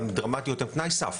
מבחינתנו התקנות הן תנאי סף